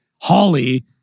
Holly